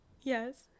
Yes